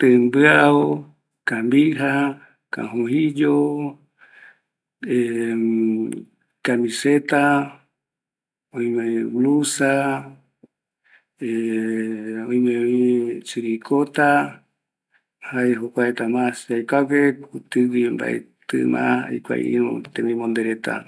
Timbiao, kambija, kajojiyo, ˂hesitation˃ camiseta ˂hesitation˃ blusa, ˂hesitation˃ oimevi oi, siricota, jaeño kuareta yaesague, kuti gui yaikuaa iru tembi mondereta